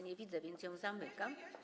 Nie widzę, więc ją zamykam.